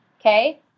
Okay